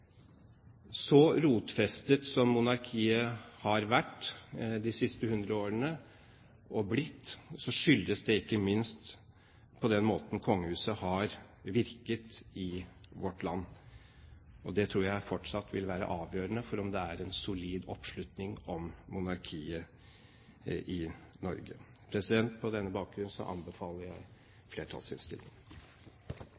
Så rotfestet som monarkiet har vært de siste 100 årene, og blitt, skyldes det ikke minst den måten kongehuset har virket på i vårt land. Det tror jeg fortsatt vil være avgjørende for om det er en solid oppslutning om monarkiet i Norge. På denne bakgrunn anbefaler jeg